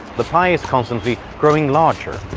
the pie is constantly growing larger,